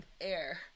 air